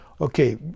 Okay